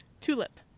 Tulip